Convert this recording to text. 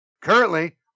Currently